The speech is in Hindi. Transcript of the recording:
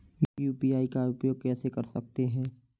यू.पी.आई का उपयोग कैसे कर सकते हैं?